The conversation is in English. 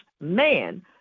man